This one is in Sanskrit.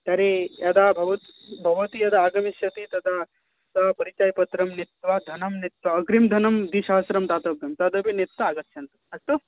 तर्हि यदा भव् भवती यदा आगमिष्यति तदा स्वपरिचयपत्रं नीत्वा धनं नीत्वा अग्रिमधनं दिसहस्रं दातव्यं तदपि नीत्वा आगच्छन्तु अस्तु